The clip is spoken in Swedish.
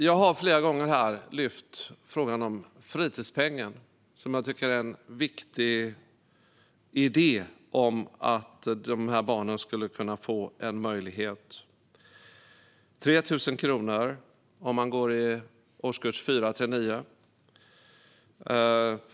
Jag har flera gånger tagit upp frågan om fritidspengen, som jag tycker är en viktig idé om att dessa barn skulle kunna få en möjlighet. Det skulle röra sig om 3 000 kronor om man går i årskurs 4-9.